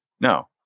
No